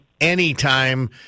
anytime